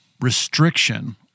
restriction